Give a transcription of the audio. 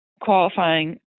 qualifying